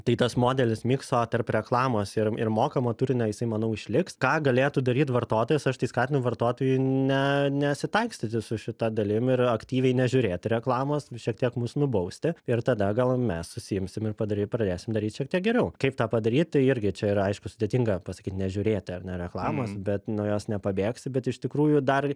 tai tas modelis mikso tarp reklamos ir ir mokamo turinio jisai manau išliks ką galėtų daryt vartotojas aš tai skatinu vartotojų ne nesitaikstyti su šita dalim ir aktyviai nežiūrėti reklamos šiek tiek mus nubausti ir tada gal mes susiimsim ir padary pradėsim daryt šiek tiek geriau kaip tą padaryt tai irgi čia yra aišku sudėtinga pasakyt nežiūrėti ar ne reklamos bet nuo jos nepabėgsi bet iš tikrųjų dar